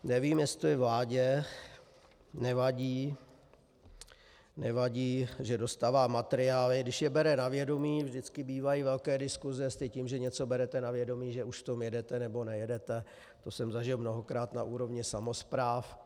Nevím, jestli vládě nevadí, že dostává materiály, když je bere na vědomí, vždycky bývají velké diskuse, jestli tím, že něco berete na vědomí, že v tom už jedete nebo nejedete, to jsem zažil mnohokrát na úrovni samospráv.